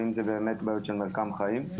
ואם זה באמת בעיות של מרקם חיים.